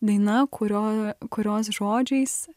daina kurio kurios žodžiais